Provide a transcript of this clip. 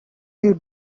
you